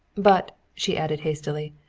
but, she added hastily,